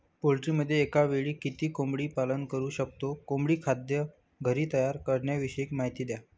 पोल्ट्रीमध्ये एकावेळी किती कोंबडी पालन करु शकतो? कोंबडी खाद्य घरी तयार करण्याविषयी माहिती द्या